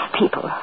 People